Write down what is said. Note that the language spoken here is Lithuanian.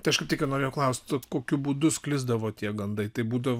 tai aš kaip tik ir norėjau klausti kokiu būdu sklisdavo tie gandai tai būdavo